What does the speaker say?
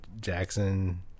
Jackson